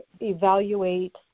evaluate